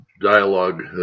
dialogue